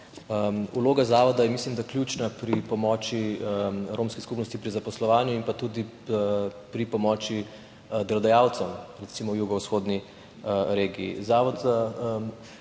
Vloga zavoda je, mislim, da ključna pri pomoči romske skupnosti pri zaposlovanju in tudi pri pomoči delodajalcev, recimo v jugovzhodni regiji. Zavod